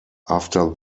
after